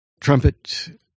trumpet